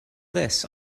this